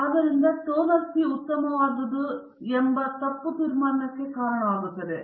ಆದ್ದರಿಂದ ಇದು ಟೋನರು ಸಿ ಉತ್ತಮವಾದುದು ಎಂಬ ತಪ್ಪು ತೀರ್ಮಾನಕ್ಕೆ ಕಾರಣವಾಗುತ್ತದೆ